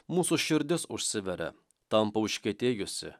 mūsų širdis užsiveria tampa užkietėjusi